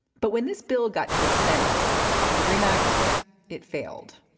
but when this bill got to the senate the dream act it failed.